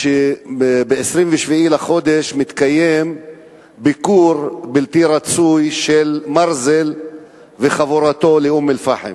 שב-27 לחודש מתקיים ביקור בלתי רצוי של מרזל וחבורתו באום-אל-פחם,